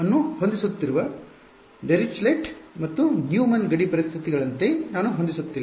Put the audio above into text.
ಅನ್ನು ಹೊಂದಿಸುತ್ತಿರುವ ಡಿರಿಚ್ಲೆಟ್ ಮತ್ತು ನ್ಯೂಮನ್ ಗಡಿ ಪರಿಸ್ಥಿತಿಗಳಂತೆ ನಾನು ಹೊಂದಿಸುತ್ತಿಲ್ಲ